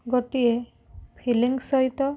ଗୋଟିଏ ଫିଲିଙ୍ଗସ୍ ସହିତ